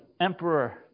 emperor